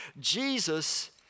Jesus